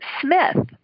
Smith